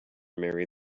marry